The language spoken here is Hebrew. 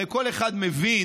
הרי כל אחד מבין,